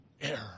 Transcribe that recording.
error